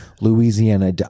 Louisiana